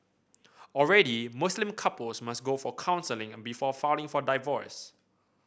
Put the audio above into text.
already Muslim couples must go for counselling before filing for divorce